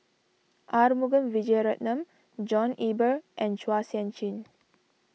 Arumugam Vijiaratnam John Eber and Chua Sian Chin